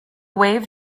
wave